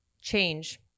Change